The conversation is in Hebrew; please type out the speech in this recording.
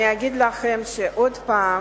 אני אגיד לכם שעוד פעם